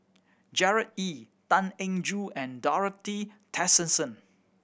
Gerard Ee Tan Eng Joo and Dorothy Tessensohn